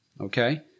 okay